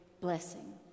blessing